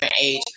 age